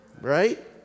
right